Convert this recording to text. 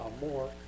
more